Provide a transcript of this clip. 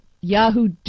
Yahoo